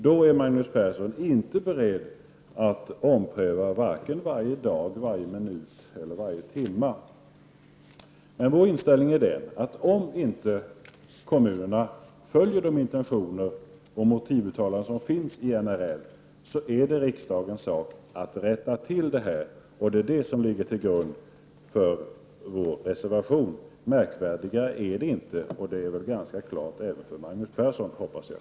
Då är inte Magnus Persson beredd att ompröva, varje dag, varje minut eller varje timme. Vår inställning är att om kommunerna inte följer de intentioner och motivuttalanden som finns generellt är det riksdagens sak att rätta till det här. Detta ligger till grund för vår reservation. Märkvärdigare är det inte, och det är väl ganska klart även för Magnus Persson hoppas jag.